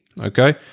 Okay